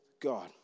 God